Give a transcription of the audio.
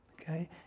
Okay